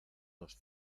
nos